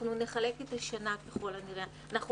אנחנו נחלק את השנה, ככל הנראה.